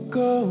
go